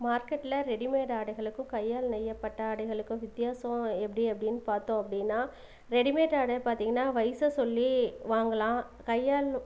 மார்க்கெட்ல ரெடிமேட் ஆடைகளுக்கும் கையால் நெய்யப்பட்ட ஆடைகளுக்கும் வித்தியாசம் எப்படி அப்படின்னு பார்த்தோம் அப்படின்னா ரெடிமேட் ஆடை பார்த்திங்கன்னா வயச சொல்லி வாங்கலாம் கையால்